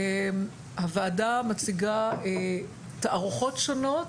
הוועדה מציגה תערוכות שונות,